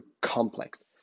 complex